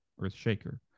Earthshaker